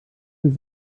süße